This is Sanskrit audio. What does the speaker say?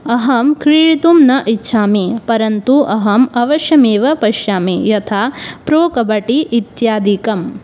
अहं क्रीडितुं न इच्छामि परन्तु अहम् अवश्यमेव पश्यामि यथा प्रोकबड्डि इत्यादिकम्